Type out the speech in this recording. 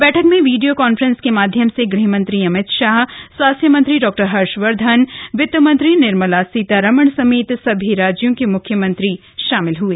बैठक में video conference के माध्यम से गृह मंत्री अमित शाह स्वास्थ्य मंत्री डॉ हर्षवर्धन वित मंत्री निर्मला सीतारमण समेत सभी राज्यों के मुख्यमंत्री शामिल हुए